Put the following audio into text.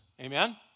Amen